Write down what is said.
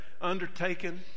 undertaken